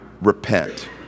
repent